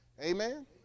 Amen